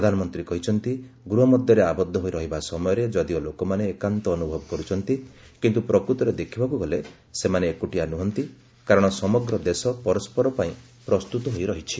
ପ୍ରଧାନମନ୍ତ୍ରୀ କହିଛନ୍ତି ଗୃହ ମଧ୍ୟରେ ଆବଦ୍ଧ ହୋଇ ରହିବା ସମୟରେ ଯଦିଓ ଲୋକମାନେ ଏକାନ୍ତ ଅନୁଭବ କରୁଛନ୍ତି କିନ୍ତୁ ପ୍ରକୃତରେ ଦେଖିବାକୁ ଗଲେ ସେମାନେ ଏକୁଟିଆ ନୁହନ୍ତି କାରଣ ସମଗ୍ର ଦେଶ ପରସ୍କର ପାଇଁ ପ୍ରସ୍ତୁତ ହୋଇ ରହିଛି